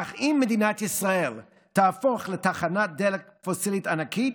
אך אם מדינת ישראל תהפוך לתחנת דלק פוסילית ענקית,